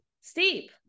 steep